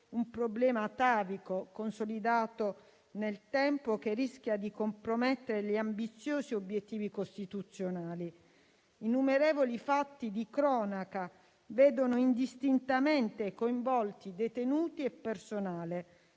un problema atavico e consolidato nel tempo, che rischia di compromettere gli ambiziosi obiettivi costituzionali. Innumerevoli fatti di cronaca vedono indistintamente coinvolti detenuti e personale